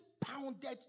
pounded